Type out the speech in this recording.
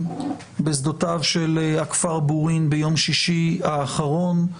בשדותיו של הכפר בורין ביום שישי האחרון,